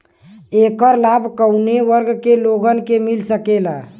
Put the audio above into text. ऐकर लाभ काउने वर्ग के लोगन के मिल सकेला?